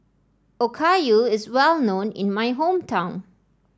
Okayu is well known in my hometown